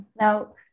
Now